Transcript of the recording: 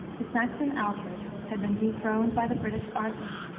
the saxon alfred had been dethroned by the british arthur,